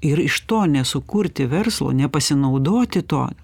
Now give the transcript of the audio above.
ir iš to nesukurti verslo nepasinaudoti tuo